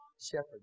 shepherd